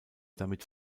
damit